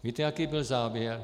Víte jaký byl závěr?